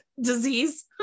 disease